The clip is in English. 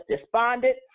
despondent